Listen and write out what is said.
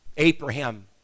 Abraham